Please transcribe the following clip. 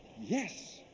Yes